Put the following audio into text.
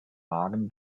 wagen